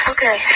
Okay